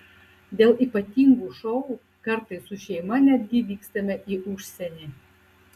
dėl ypatingų šou kartais su šeima netgi vykstame į užsienį